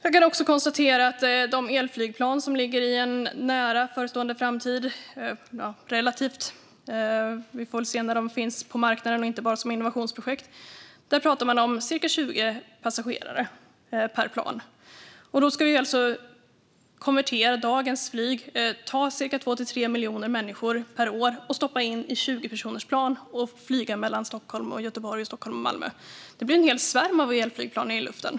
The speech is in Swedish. Jag kan också konstatera att för de elflygplan som ligger i en relativt nära förestående framtid - vi får väl se när de finns på marknaden och inte bara som innovationsprojekt - talar man om cirka 20 passagerare per plan. Då ska vi alltså konvertera dagens flyg, cirka 2-3 miljoner människor per år, till 20-personersplan och flyga mellan Stockholm och Göteborg och mellan Stockholm och Malmö. Det blir en hel svärm av elflygplan i luften.